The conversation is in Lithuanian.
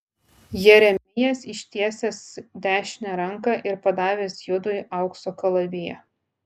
jeremijas ištiesęs dešinę ranką ir padavęs judui aukso kalaviją